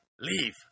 Leave